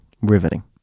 riveting